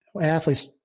Athletes